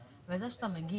מה רשות הטבע והגנים בעניין?